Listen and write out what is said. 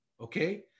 Okay